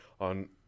on